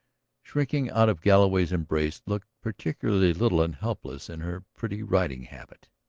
shrinking out of galloway's embrace, looked particularly little and helpless in her pretty riding-habit.